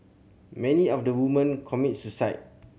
many of the women commit suicide